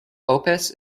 opus